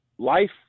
life